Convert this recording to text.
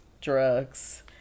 drugs